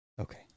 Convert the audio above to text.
Okay